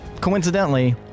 coincidentally